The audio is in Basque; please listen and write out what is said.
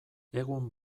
egun